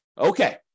Okay